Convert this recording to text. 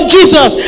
Jesus